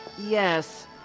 yes